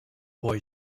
boy